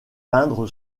peindre